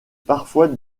parfois